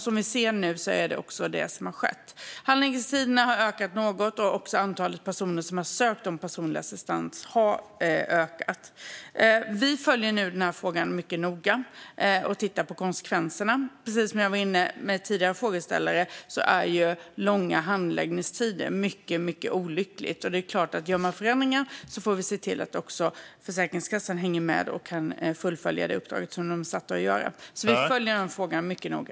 Som vi ser nu är det vad som också har skett. Handläggningstiderna har ökat något, och antalet personer som söker personlig assistans har ökat. Vi följer frågan mycket noga och tittar på konsekvenserna. Precis som jag har tagit upp med tidigare frågeställare är långa handläggningstider mycket olyckligt. Vid förändringar måste vi se till att Försäkringskassan hänger med så att man kan fullfölja det uppdrag man är satt att göra. Vi följer frågan mycket noga.